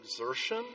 exertion